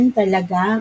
talaga